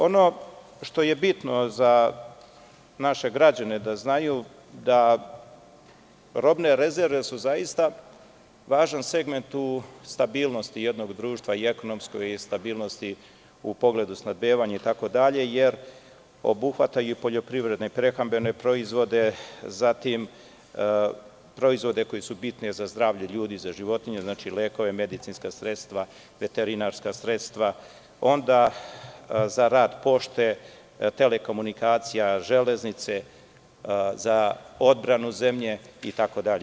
Ono što je bitno za naše građane da znaju, da robne rezerve su zaista važan segment u stabilnosti jednog društva i ekonomske stabilnosti u pogledu snabdevanja itd, jer obuhvataju poljoprivredne i prehrambene proizvode, zatim, proizvode koji su bitni za zdravlje ljudi, za životinje, znači lekove, medicinska sredstva, veterinarska sredstava, za rad pošte, telekomunikacija, železnice, odbranu zemlje itd.